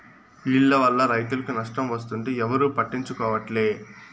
ఈల్ల వల్ల రైతులకు నష్టం వస్తుంటే ఎవరూ పట్టించుకోవట్లే